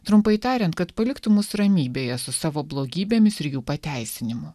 trumpai tariant kad paliktų mus ramybėje su savo blogybėmis ir jų pateisinimu